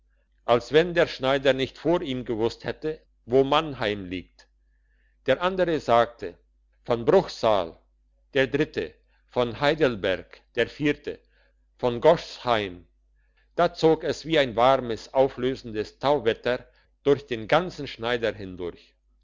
als wenn der schneider nicht vor ihm gewusst hätte wo mannheim liegt der andere sagte von bruchsal der dritte von heidelberg der vierte von gochsheim da zog es wie ein warmes auflösendes tauwetter durch den ganzen schneider hindurch